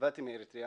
באתי מאריתריאה,